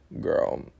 Girl